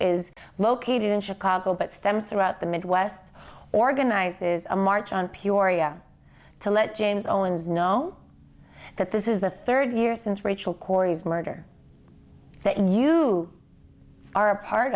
is located in chicago but stems throughout the midwest organizes a march on pure aria to let james owens know that this is the third year since rachel corrie's murder that you are a part